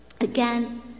Again